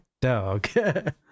dog